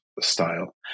style